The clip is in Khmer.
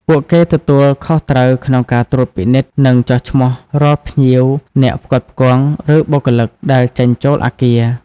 ពួកគេទទួលខុសត្រូវក្នុងការត្រួតពិនិត្យ និងចុះឈ្មោះរាល់ ភ្ញៀវ អ្នកផ្គត់ផ្គង់ ឬបុគ្គលិក ដែលចេញចូលអគារ។